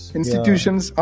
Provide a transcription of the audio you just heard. institutions